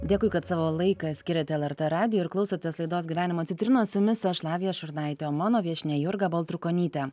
dėkui kad savo laiką skiriate lrt radijui ir klausotės laidos gyvenimo citrinos su jumis aš lavija šurnaitė o mano viešnia jurga baltrukonytė